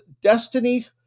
Destiny